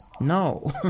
No